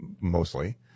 mostly